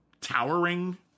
towering